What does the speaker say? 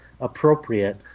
appropriate